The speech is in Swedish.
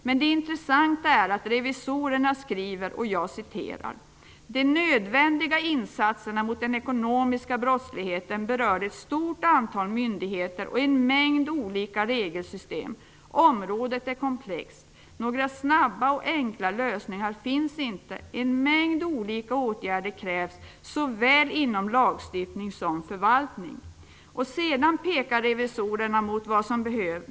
Men det intressanta är att revisorerna skriver: De nödvändiga insatserna mot den ekonomiska brottsligheten berör ett stort antal myndigheter och en mängd olika regelsystem. Området är komplext. Några snabba och enkla lösningar finns inte. En mängd olika åtgärder krävs såväl inom lagstiftning som förvaltning. Revisorerna pekar sedan på vad som behövs.